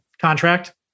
contract